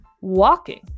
walking